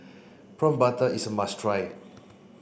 prawn butter is a must try